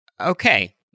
okay